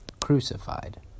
crucified